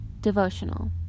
Devotional